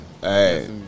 Hey